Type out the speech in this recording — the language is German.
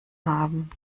haben